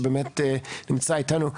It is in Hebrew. שבאמת נמצא איתנו.